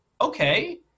okay